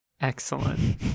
excellent